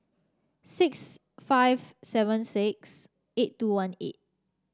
six five seven six eight two one eight